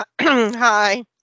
hi